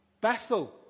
Bethel